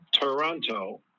Toronto